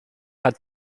hat